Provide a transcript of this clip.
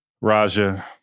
Raja